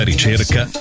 Ricerca